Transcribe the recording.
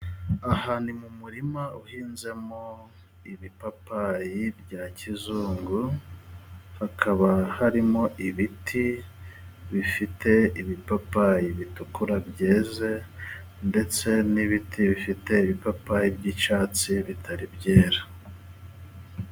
Aha ni mu murima uhinzemo ibipapayi bya kizungu. Hakaba harimo ibiti bifite ibipapayi bitukura byeze. Ndetse n'ibiti bifite ibipapayi by'icyatsi bitari byera.